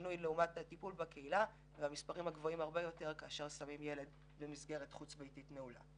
המספרים גבוהים הרבה יותר כאשר שמים ילד במסגרת חוץ ביתית נעולה.